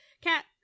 Cat